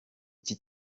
iki